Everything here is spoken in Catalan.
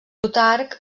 plutarc